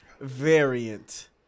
variant